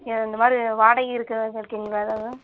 இந்தமாதிரி வாடகை இருக்க இருக்குதுங்களா எதாவது